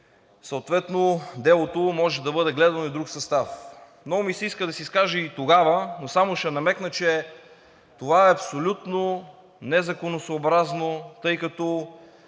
съответно делото може да бъде гледано и в друг състав. Много ми се искаше да се изкажа тогава. Но само ще намекна, че това е абсолютно незаконосъобразно, тъй като